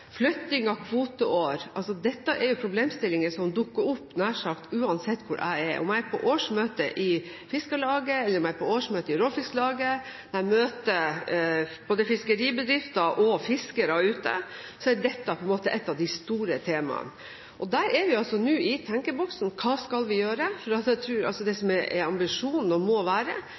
av fiske, flytting av kvoteår – dette er problemstillinger som dukker opp nær sagt uansett hvor jeg er. Om jeg er på årsmøte i Fiskarlaget, om jeg er på årsmøte i Råfisklaget, eller om jeg møter fiskeribedrifter og fiskere ute, er dette et av de store temaene. Der er vi altså nå i tenkeboksen: Hva skal vi gjøre? Det som er ambisjonen, og som må være det, er